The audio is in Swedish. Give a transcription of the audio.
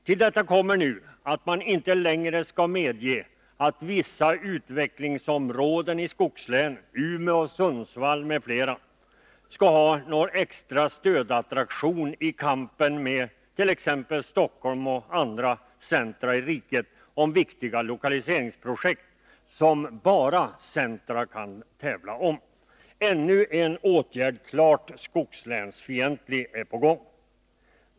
Till detta kommer nu att man inte längre skall medge att vissa utvecklingsområden i skogslänen — Umeå, Sundsvall m.fl. — skall ha någon extra stödattraktion i kampen med t.ex. Stockholm och andra centra i riket om viktiga lokaliseringsprojekt som bara centra kan tävla om. Ännu en åtgärd, klart skogslänsfientlig, är på gång.